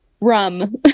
rum